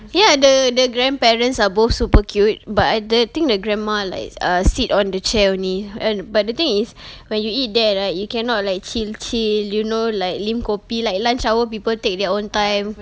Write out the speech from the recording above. ya th~ the grandparents are both super cute but I th~ think the grandma like err sit on the chair only but the thing is when you eat there right you cannot like chill chill you know like lim kopi like lunch hour people take their own time